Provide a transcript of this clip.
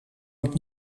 het